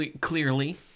Clearly